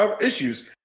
issues